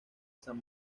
san